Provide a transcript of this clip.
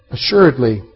Assuredly